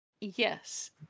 Yes